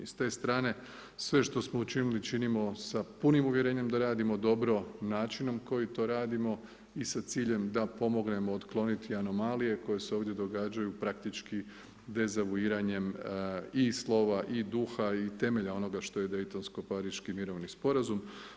S te strane sve što smo učinili, činimo sa punim uvjerenjem da radimo dobro, način na koji to radimo i sa ciljem da pomognemo otkloniti anomalije koje se ovdje događaju praktički dezavouiranjem i slova i duha i temelja onoga što je Deytonski Pariški mirovini sporazum.